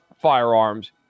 firearms